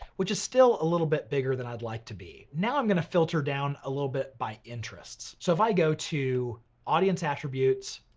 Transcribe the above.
which is still a little bit bigger than i'd like to be. now, i'm gonna filter down a little bit by interests. so if i go to audience attributes,